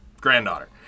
granddaughter